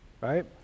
Right